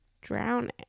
drowning